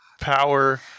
power